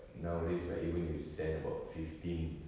nowadays like even if you send about fifteen